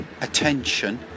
attention